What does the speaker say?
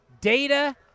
Data